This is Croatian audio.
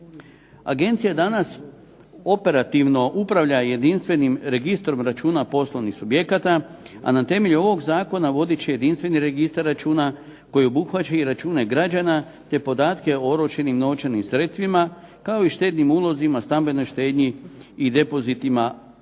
Agencija danas operativno upravlja jedinstvenim registrom računa poslovnih subjekata, a na temelju ovog Zakona vodit će jedinstveni registar računa koji obuhvaća račune građana te podatke o oročenim novčanim sredstvima, kao i štednim ulozima, stambenoj štednji i depozitima u